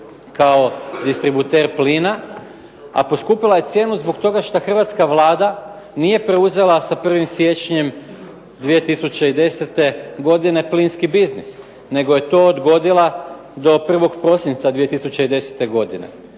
kao distributer plina, a poskupila je cijenu zbog toga šta hrvatska Vlada nije preuzela sa 1. siječnjem 2010. godine plinski biznis, nego je to odgodila do 1. prosinca 2010. godine,